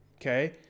Okay